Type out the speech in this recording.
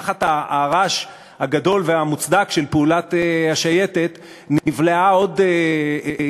תחת הרעש הגדול והמוצדק של פעולת השייטת נבלעה עוד